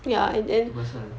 tu pasal